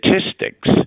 statistics